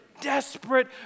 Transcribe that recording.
Desperate